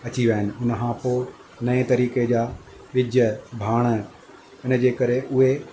अची वया आहिनि हुन खां पोइ नएं तरीक़े जा ॿिज भाण हुनजे करे उहे